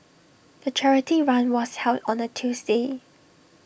the charity run was held on A Tuesday